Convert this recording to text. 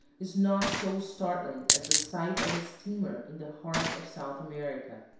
is not so startling as the sight of a steamer in the heart of south america.